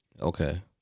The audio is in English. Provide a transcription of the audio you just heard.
Okay